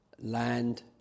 land